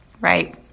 right